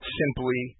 simply